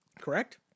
Correct